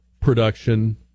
production